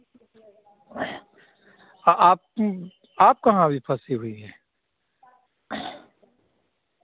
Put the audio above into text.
आप आप कहाँ अभी फँसी हुई हैं